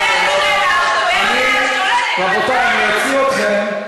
------ סליחה, רבותי, אני אוציא אתכם.